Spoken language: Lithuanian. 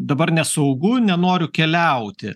dabar nesaugu nenoriu keliauti